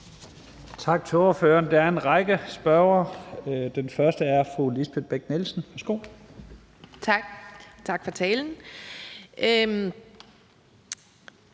Tak til ordføreren. Der er en række spørgere. Den første er fru Lisbeth Bech-Nielsen. Værsgo. Kl. 11:13 Lisbeth